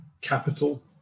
capital